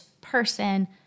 person